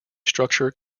structure